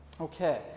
Okay